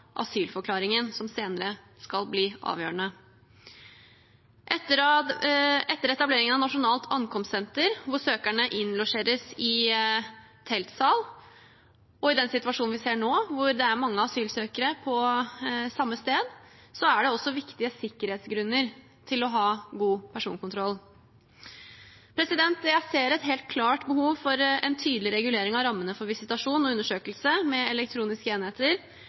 asylforklaringen, som senere skal bli avgjørende. Etter etableringen av Nasjonalt ankomstsenter, hvor søkerne innlosjeres i teltsaler, og i den situasjonen vi ser nå, hvor det er mange asylsøkere på samme sted, er det også viktige sikkerhetsgrunner til å ha god personkontroll. Jeg ser et helt klart behov for en tydelig regulering av rammene for visitasjon og undersøkelse av elektroniske enheter,